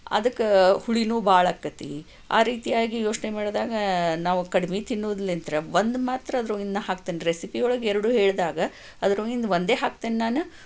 ಅದಕ್ಕೆ ಹುಳಿಯೂ ಭಾಳ ಆಗ್ತೈತಿ ಆ ರೀತಿಯಾಗಿ ಯೋಚನೆ ಮಾಡಿದಾಗ ನಾವು ಕಡಿಮೆ ತಿನ್ನೋದ್ಳಿಂತ್ರ್ ಒಂದು ಮಾತ್ರ ಅದರೊಳಗಿನ ಹಾಕ್ತೀನಿ ರೆಸಿಪಿಯೊಳಗೆ ಎರಡೂ ಹೇಳಿದಾಗ ಅದರೊಳಗಿನ ಒಂದೇ ಹಾಕ್ತೀನಿ ನಾನು